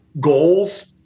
goals